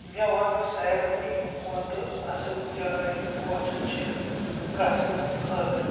مےٚ ون ساروٕے کھۄتہٕ اصل جاے کۄس چھِ گژھنہٕ خٲطرٕ ؟